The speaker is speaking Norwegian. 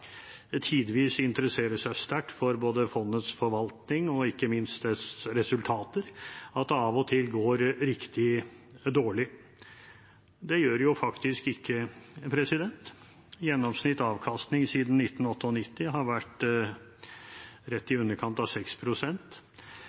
interesserer seg sterkt for både fondets forvaltning og ikke minst dets resultater, at det av og til går riktig dårlig. Det gjør det faktisk ikke. Gjennomsnittlig avkastning siden 1998 har vært rett i underkant av